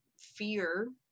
fear